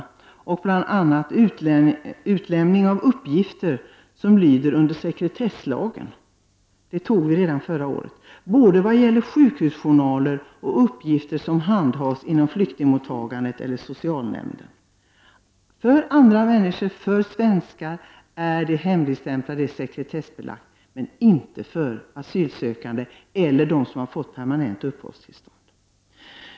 Förra året fattade riksdagen beslut om utlämning av uppgifter som lyder under sekretesslagen, både vad gäller uppgifter i sjukjournaler och uppgifter som handhas inom flyktingmottagandet eller inom socialvården. Sekretessbelagda uppgifter om svenskar är hemliga, men inte när det gäller asylsökande eller dem som har fått permanent uppehållstillstånd.